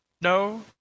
No